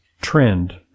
trend